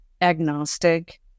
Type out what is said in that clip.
agnostic